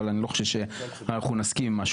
אבל אני לא חושב שאנחנו נסכים במשהו.